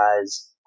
guys